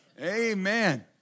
Amen